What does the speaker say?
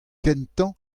kentañ